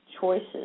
choices